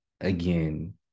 again